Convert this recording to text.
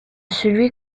celui